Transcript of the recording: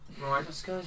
Right